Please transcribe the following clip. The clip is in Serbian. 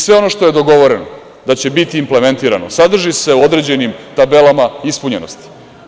Sve ono što je dogovoreno da će biti implementirano sadrži se u određenom tabelama ispunjenosti.